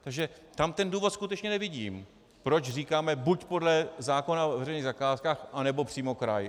Takže tam ten důvod skutečně nevidím, proč říkáme buď podle zákona o veřejných zakázkách, anebo přímo kraj.